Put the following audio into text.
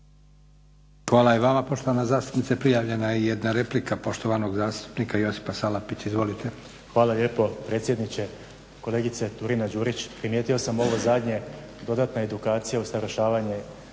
Hvala i vama poštovana zastupnice. Prijavljena je jedna replika poštovanog zastupnika Josipa Salapića. Izvolite. **Salapić, Josip (HDSSB)** Hvala lijepa predsjedniče. Kolegice Turina-Đurić, primijetio sam ovo zadnje dodatna edukacija, usavršavanje